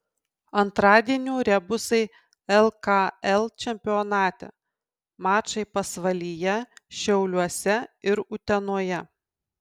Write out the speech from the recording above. antradienio rebusai lkl čempionate mačai pasvalyje šiauliuose ir utenoje